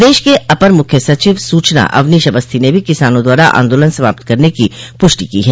प्रदेश के अपर मुख्य सचिव सूचना अवनीश अवस्थी ने भी किसानों द्वारा आन्दोलन समाप्त करने की प्रष्टि की है